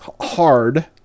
hard